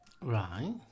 right